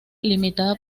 limitada